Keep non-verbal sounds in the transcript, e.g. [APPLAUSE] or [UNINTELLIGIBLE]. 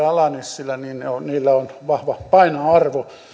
[UNINTELLIGIBLE] ala nissilä niillä niillä on vahva painoarvo